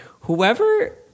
whoever